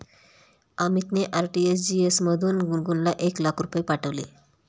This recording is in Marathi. अमितने आर.टी.जी.एस मधून गुणगुनला एक लाख रुपये पाठविले